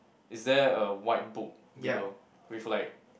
is there a white book below with like